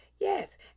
Yes